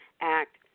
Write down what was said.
act